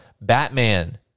batman